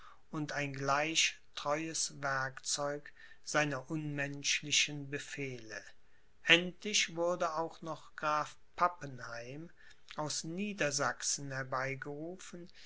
und ein gleich treues werkzeug seiner unmenschlichen befehle endlich wurde auch noch graf pappenheim aus niedersachsen herbeigerufen